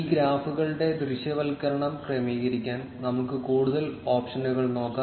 ഈ ഗ്രാഫുകളുടെ ദൃശ്യവൽക്കരണം ക്രമീകരിക്കാൻ നമുക്ക് കൂടുതൽ ഓപ്ഷനുകൾ നോക്കാം